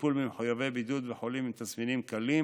לטיפול במחויבי בידוד וחולים עם תסמינים קלים,